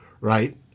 right